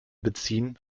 beziehen